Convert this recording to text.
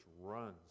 runs